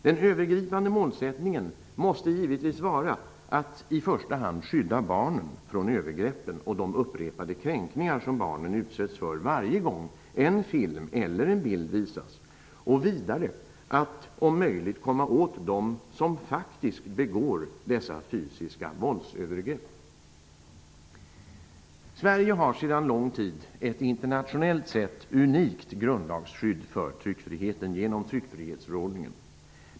Den övergripande målsättningen måste givetvis i första hand vara att skydda barnen mot övergreppen och de upprepade kränkningar som barnen utsätts för varje gång en film eller bild visas och vidare att, om möjligt, komma åt dem som faktiskt begår dessa fysiska våldsövergrepp. Sverige har sedan lång tid ett internationellt sett unikt grundlagsskydd för tryckfriheten genom tryckfrihetsförordningen.